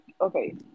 okay